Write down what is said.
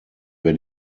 wer